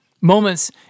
Moments